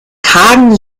kargen